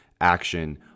action